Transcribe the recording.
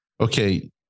Okay